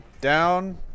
Down